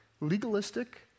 legalistic